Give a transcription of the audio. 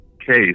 case